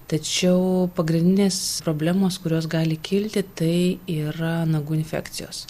tačiau pagrindinės problemos kurios gali kilti tai yra nagų infekcijos